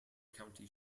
county